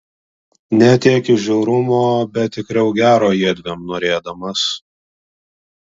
ne tiek iš žiaurumo bet tikriau gero jiedviem norėdamas